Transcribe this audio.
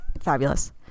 Fabulous